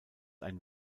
ein